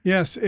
Yes